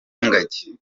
n’ingagi